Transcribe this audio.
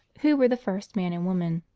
who were the first man and woman?